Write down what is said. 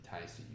taste